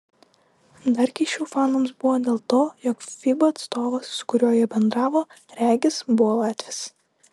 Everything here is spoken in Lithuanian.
dar keisčiau fanams buvo dėl to jog fiba atstovas su kuriuo jie bendravo regis buvo latvis